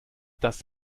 das